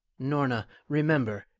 norna, remember,